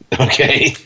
okay